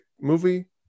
movie